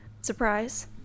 surprise